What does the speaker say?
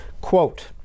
quote